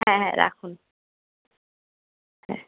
হ্যাঁ হ্যাঁ রাখুন হ্যাঁ